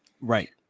Right